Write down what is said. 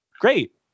Great